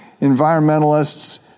environmentalists